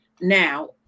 now